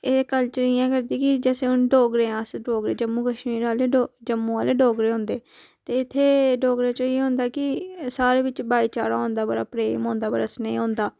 एह् कल्चर इ'यां करदे कि जैसे हून डोगरे आं अस डोगरे जम्मू काश्मीर आह्ले जम्मू आह्ले डोगरे होंदे ते इत्थें डोगरे च इ'यै होंदा कि साढ़े च भाईचारा होंदा बड़ा प्रेम होंदा बड़ा स्नेह होंदा आ